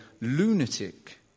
lunatic